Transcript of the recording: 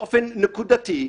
באופן נקודתי,